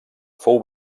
fou